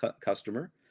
customer